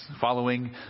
following